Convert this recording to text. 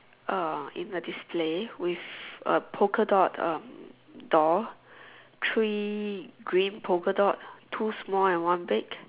uh in the display with a polka dot um doll three green polka dots two small and one big